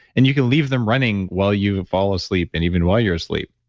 and you can leave them running while you fall asleep and even while you're asleep.